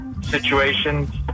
situations